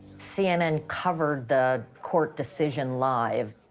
cnn covered the court decision live.